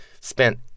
spent